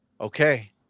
okay